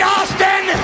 Austin